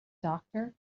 doctor